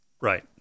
Right